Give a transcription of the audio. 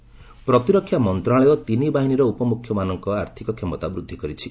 defence power ପ୍ରତିରକ୍ଷା ମନ୍ତ୍ରଣାଳୟ ତିନି ବାହିନୀର ଉପମୁଖ୍ୟମାନଙ୍କ ଆର୍ଥକ କ୍ଷମତା ବୃଦ୍ଧି କରିଛି